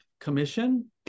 commission